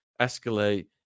escalate